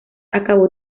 acabó